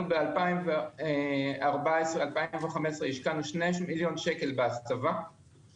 אנחנו ב-2015 השקענו 2 מיליון שקל ---.